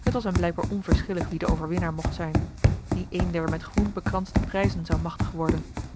het was hem blijkbaar onverschillig wie de overwinnaar mocht zijn die een der met groen bekransde prijzen zou machtig worden